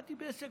באתי בהישג,